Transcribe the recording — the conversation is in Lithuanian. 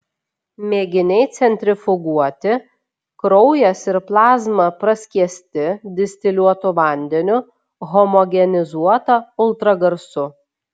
mėginiai centrifuguoti kraujas ir plazma praskiesti distiliuotu vandeniu homogenizuota ultragarsu